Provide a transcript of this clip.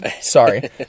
Sorry